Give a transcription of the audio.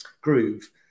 groove